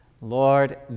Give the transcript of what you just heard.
Lord